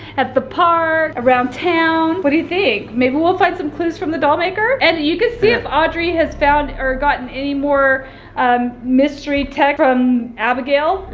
at the park, around town. what do you think? maybe we'll find some clues from the dollmaker, and you can see if audrey has found or gotten any more mystery texts from abigail.